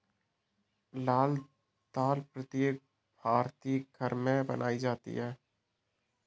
लाल दाल प्रत्येक भारतीय घर में बनाई जाती है